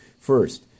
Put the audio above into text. First